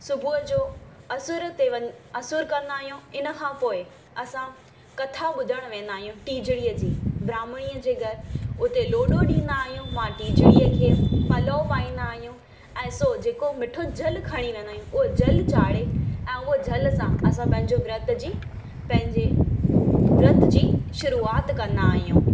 सुबुह जो असुर ते वन असुरु कंदा आहियूं इन खां पोइ असां कथा ॿुधणु वेंदा आयूं टीजड़ीअ जी ब्राहमणीअ जे घरु उते लोॾो ॾींदा आहियूं मां टीजड़ीअ खे पलउ पाईंदा आहियूं ऐं सो जेको मिठो जलु खणी वेंदा आहियूं उहो जलु चाढ़े ऐं उहो जल सां असां पंहिंजो व्रत जी पंहिंजे व्रत जी शुरूआति कंदा आहियूं